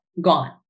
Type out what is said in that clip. gone